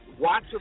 Watch